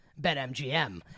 BetMGM